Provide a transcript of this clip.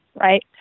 Right